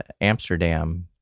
Amsterdam